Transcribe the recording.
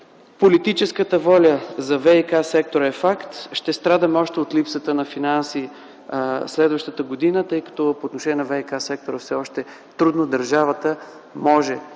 Политическата воля за ВиК сектора е факт. Ще страдаме още от липсата на финанси следващата година, тъй като по отношение на ВиК сектора все още трудно държавата може